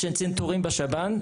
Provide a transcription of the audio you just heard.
של צנתורים בשב"ן.